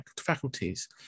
faculties